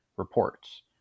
reports